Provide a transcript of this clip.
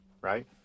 Right